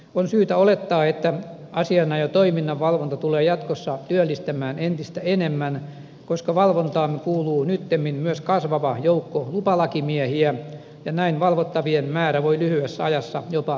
on syytä olettaa että asianajotoiminnan valvonta tulee jatkossa työllistämään entistä enemmän koska valvontaan kuuluu nyttemmin myös kasvava joukko lupalakimiehiä ja näin valvottavien määrä voi lyhyessä ajassa jopa kaksinkertaistua